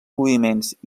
moviments